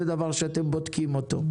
זה דבר שאתם בודקים אותו.